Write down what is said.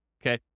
okay